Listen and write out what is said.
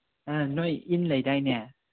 ꯅꯣꯏ ꯏꯟ ꯂꯩꯗꯥꯏꯅꯦ